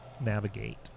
navigate